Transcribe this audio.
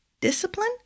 discipline